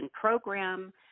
program